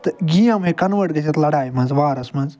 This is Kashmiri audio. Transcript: تہٕ گیم ہٮ۪کہِ کنوٲٹ گٔژھِتھ لڑایہِ منٛز وارس منٛز